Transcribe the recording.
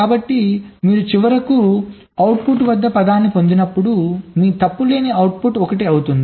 కాబట్టి మీరు చివరకు అవుట్పుట్ వద్ద పదాన్ని పొందినప్పుడు మీ తప్పు లేని అవుట్పుట్ 1 అవుతుంది